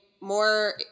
more